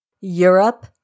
Europe